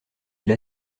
ils